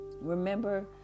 Remember